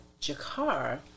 Jakar